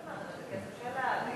מה זאת אומרת?